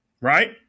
Right